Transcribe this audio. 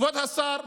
כבוד השר,